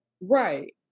Right